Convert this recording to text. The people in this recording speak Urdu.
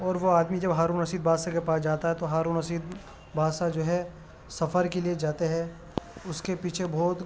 اور وہ آدمی جب ہارون رشید بادشاہ کے پاس جاتا ہے تو ہارون رشید بادشاہ جو ہے سفر کے لیے جاتا ہے اس کے پیچھے بہت